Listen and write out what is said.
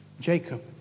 Jacob